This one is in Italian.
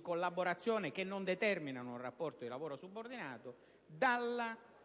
collaborazione che non determinano un rapporto di lavoro subordinato, dalla